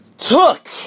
took